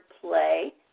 play